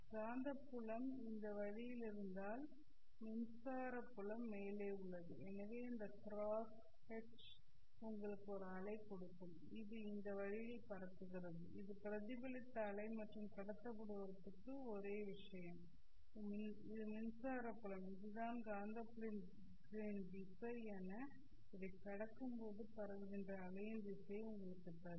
காந்தப்புலம் இந்த வழியில் இருந்தால் மின்சார புலம் மேலே உள்ளது எனவே இந்த க்ராஸ் H' உங்களுக்கு ஒரு அலை கொடுக்கும் இது இந்த வழியில் பரப்புகிறது இது பிரதிபலித்த அலை மற்றும் கடத்தப்படுவதற்கு ஒரே விஷயம் இது மின்சார புலம் இதுதான் காந்தப்புலத்தின் திசை எனவே இதைக் கடக்கும்போது பரவுகின்ற அலையின் திசையை உங்களுக்குத் தரும்